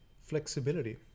Flexibility